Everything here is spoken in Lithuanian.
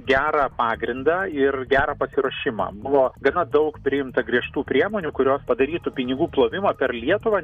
gerą pagrindą ir gerą pasiruošimą buvo gana daug priimta griežtų priemonių kurios padarytų pinigų plovimą per lietuvą